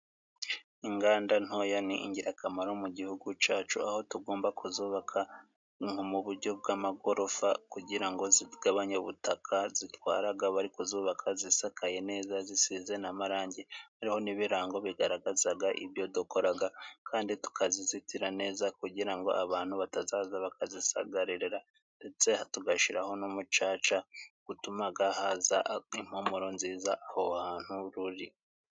Inganda ntoya ni ingirakamaro mu gihugu cyacu, aho tugomba kuzubaka mu buryo bw'amagorofa kugira ngo zigabanye ubutaka zitwara bari ku zubaka. Zisakaye neza zisize na marangi noneho n'ibirango bigaragaza ibyo dukora kandi tukazizitira neza kugira ngo abantu batazaza bakazisagarira ndetse tugashyiraho n'umucaca gutuma haza impumuro nziza aho hantu ruri.